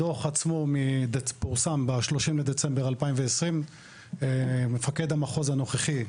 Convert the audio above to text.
הדוח עצמו פורסם ב-30 בדצמבר 2020. מפקד המחוז הנוכחי,